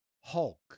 Hulk